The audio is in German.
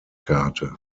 karte